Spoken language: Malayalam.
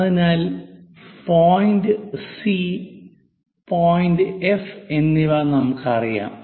അതിനാൽ പോയിന്റ് സി പോയിന്റ് എഫ് എന്നിവ നമുക്കറിയാം